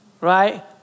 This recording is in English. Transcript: right